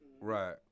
Right